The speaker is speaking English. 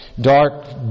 dark